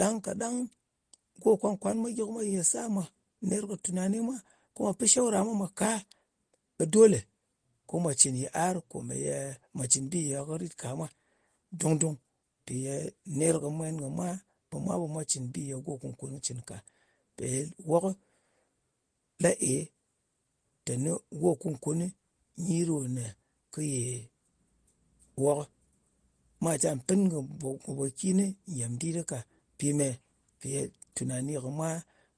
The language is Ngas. Ɗang kaɗang go kwan-kwan mwa gyɨ ko mwa yē sar mwa, ner kɨ tunani mwa, ko mwa pi shawra mwa mwā ka, ɓe dole ko mwa cɨn yɨ̀ar komeye, mwa cɨn bi ye kɨ rit ka mwa dung-dung. Mpì ye ner kɨ mwen kɨ mwa ɓe mwa ɓe mwa cɨn bi ye go kun-kun kɨ cɨn ka. Ɓe wokɨ la e teni go kun-kun nyi ɗò kɨ yè wokɨ. Mwa cam pɨn kɨ ngò ngò pòkin ngyèm dit ka. Mpi me? Mpì ye tunani kɨ mwa